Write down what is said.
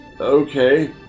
Okay